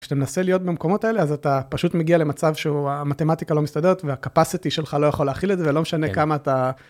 כשאתה מנסה להיות במקומות האלה אז אתה פשוט מגיע למצב שהמתמטיקה לא מסתדרת והcapacity שלך לא יכול להכיל את זה ולא משנה כמה אתה...